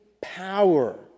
power